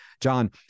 John